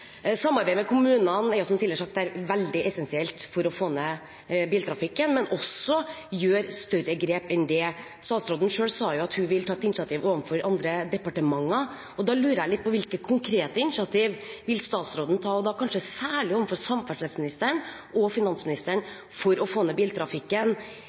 også ta større grep enn det. Statsråden sa selv at hun ville ta et initiativ overfor andre departementer, og da lurer jeg på hvilke konkrete initiativ statsråden vil ta, kanskje særlig overfor samferdselsministeren og